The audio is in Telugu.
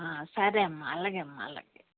సరే అమ్మ అలాగేమ్మ అలాగే